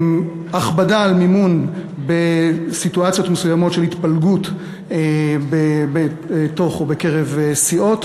הכבדה על מימון בסיטואציות מסוימות של התפלגות בתוך או בקרב סיעות,